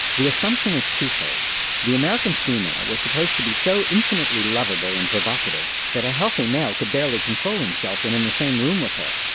the assumption is twofold the american female was supposed to be so infinitely lovable and provocative that a healthy male could barely control himself when in the same room with her,